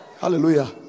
Hallelujah